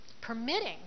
permitting